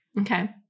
Okay